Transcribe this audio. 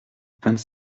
vingt